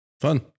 fun